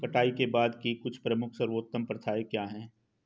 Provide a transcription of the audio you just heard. कटाई के बाद की कुछ प्रमुख सर्वोत्तम प्रथाएं क्या हैं?